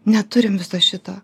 neturim viso šito